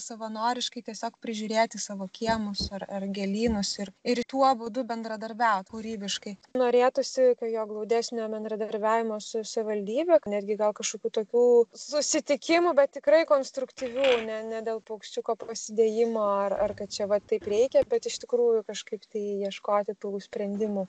savanoriškai tiesiog prižiūrėti savo kiemus ar ar gėlynus ir ir tuo būdu bendradarbiaut kūrybiškai norėtųsi jo glaudesnio bendradarbiavimo su savivaldybe netgi gal kažkokių tokių susitikimų bet tikrai konstruktyvių ne ne dėl paukščiuko prasidėjimo ar ar kad čia va taip reikia bet iš tikrųjų kažkaip tai ieškoti tų sprendimų